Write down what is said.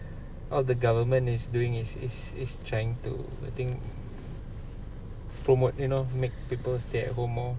all the government is doing is is is trying to I think promote you know make people stay at home more